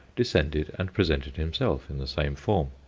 descended and presented himself in the same form.